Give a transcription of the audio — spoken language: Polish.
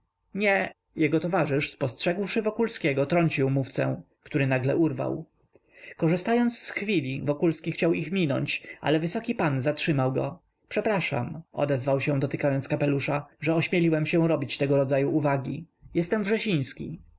nie jego towarzysz spostrzegłszy wokulskiego trącił mówcę który nagle urwał korzystając z chwili wokulski chciał ich minąć ale wysoki pan zatrzymał go przepraszam odezwał się dotykając kapelusza że ośmieliłem się robić tego rodzaju uwagi jestem